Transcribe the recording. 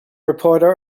reporter